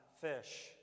fish